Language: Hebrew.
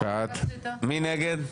מי נגד?